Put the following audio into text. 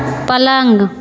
पलंग